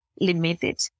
limited